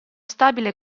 stabile